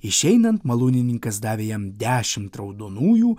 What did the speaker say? išeinant malūnininkas davė jam dešimt raudonųjų